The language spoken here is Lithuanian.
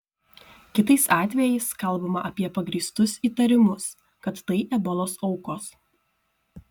kitais atvejais kalbama apie pagrįstus įtarimus kad tai ebolos aukos